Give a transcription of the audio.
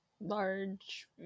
Large